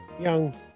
young